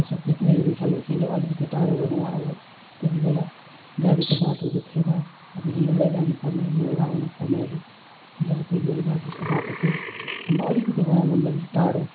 यसो पिक्निकहरू खेल्दाखेरि अलिकति टाढो गएकोमा अब त्यतिबेला गाडीको बाटोहरू थिएन अब हिँडेर जानुपर्ने हिँडेर आउनु पर्नेहरू ज त्यति बेला त्यस्तो बाटो थियो अन्त अलिकति गाउँभन्दा अलिक टाढो